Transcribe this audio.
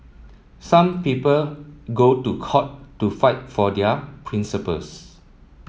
some people go to court to fight for their principles